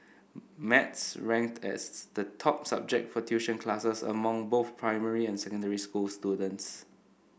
maths ranked as the top subject for tuition classes among both primary and secondary school students